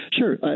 Sure